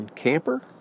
camper